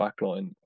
backline